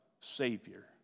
Savior